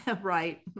Right